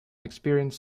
experience